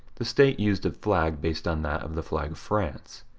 the state used a flag based on that of the flag of france.